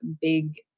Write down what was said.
big